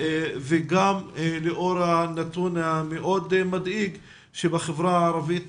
וגם לאור הנתון המאוד מדאיג שבחברה הערבית